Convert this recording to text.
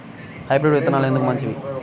Hybrid విత్తనాలు ఎందుకు మంచివి?